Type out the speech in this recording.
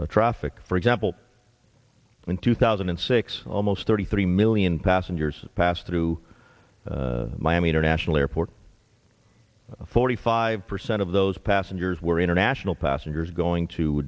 increased traffic for example in two thousand and six almost thirty three million passengers pass through miami international airport forty five percent of those passengers were in or gnash no passengers going to